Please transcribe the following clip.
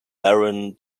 baron